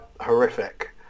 horrific